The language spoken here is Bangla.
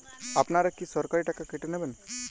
আপনারা কি সরাসরি টাকা কেটে নেবেন?